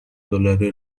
دلاری